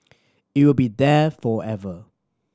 it will be there forever